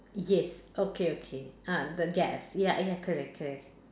yes okay okay ah the gas ya ya correct correct